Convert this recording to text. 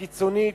הקיצונית,